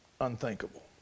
unthinkable